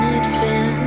advance